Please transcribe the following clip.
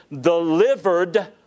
delivered